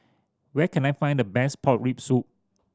where can I find the best pork rib soup